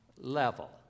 level